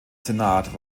senat